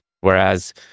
Whereas